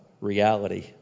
Reality